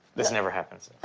this never happens.